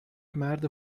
مرد